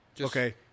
Okay